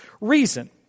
reason